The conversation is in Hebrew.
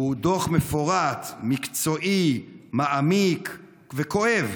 הוא דוח מפורט, מקצועי, מעמיק וכואב,